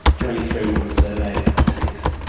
during a three-month survey of of tanks.